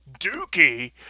Dookie